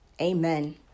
Amen